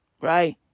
Right